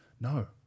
no